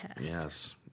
Yes